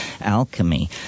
alchemy